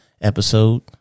Episode